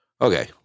Okay